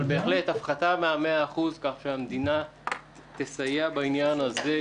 אבל בהחלט הפחתה מ-100% כדי שהמדינה תסייע בעניין הזה.